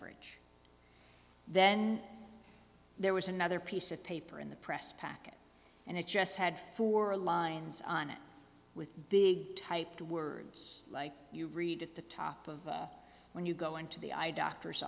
beverage then there was another piece of paper in the press packet and it just had four lines on it with big typed words like you read at the top of when you go into the eye doctor